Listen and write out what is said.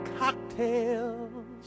cocktails